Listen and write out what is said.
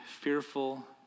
fearful